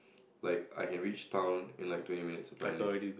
like I can reach town in like twenty minutes apparently